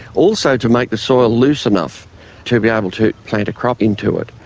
also to make the soil loose enough to be able to plant a crop into it.